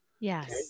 Yes